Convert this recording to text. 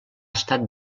estat